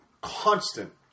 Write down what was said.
constant